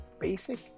basic